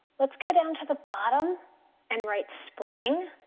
let's go down to the bottom and write spring.